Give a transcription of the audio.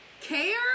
care